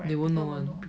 they won't know